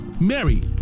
Mary